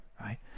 right